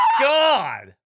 God